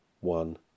one